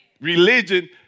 Religion